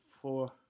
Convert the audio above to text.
four